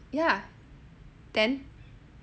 ya then